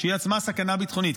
היא עצמה סכנה ביטחונית.